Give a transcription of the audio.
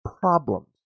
problems